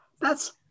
That's-